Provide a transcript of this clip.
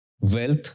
wealth